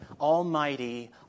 almighty